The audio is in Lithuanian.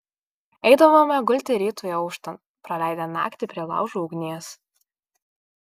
eidavome gulti rytui auštant praleidę naktį prie laužo ugnies